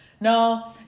No